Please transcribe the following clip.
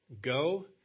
go